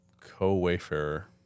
Co-Wayfarer